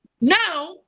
Now